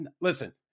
Listen